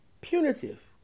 punitive